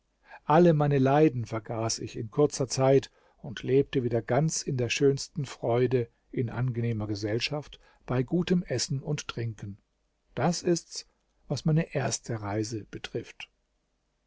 alle meine leiden vergaß ich in kurzer zeit und lebte wieder ganz in der schönsten freude in angenehmer gesellschaft bei gutem essen und trinken das ist's was meine erste reise betrifft